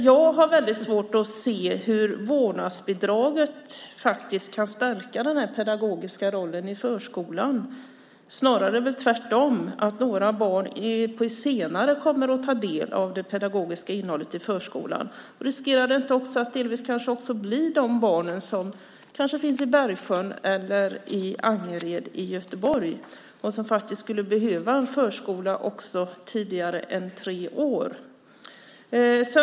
Jag har väldigt svårt att se hur vårdnadsbidraget faktiskt kan stärka den här pedagogiska rollen i förskolan. Snarare är det väl tvärtom så att några barn kommer att ta del av det pedagogiska innehållet i förskolan senare. Riskerar det kanske inte att bli de barn som finns i Bergsjön eller i Angered i Göteborg och som skulle behöva förskola tidigare än vid tre års ålder?